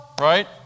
right